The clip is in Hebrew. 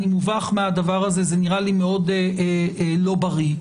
מובך מהדבר הזה, זה נראה לי מאוד לא בריא.